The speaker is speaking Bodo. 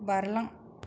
बारलां